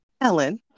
Ellen